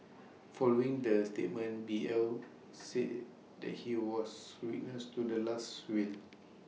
following the statement B L said that he was witness to the last win